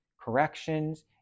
corrections